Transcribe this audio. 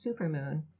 supermoon